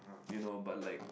you know but like